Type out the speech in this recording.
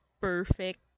perfect